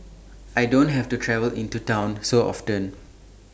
I don't have to travel into Town so often